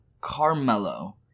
Carmelo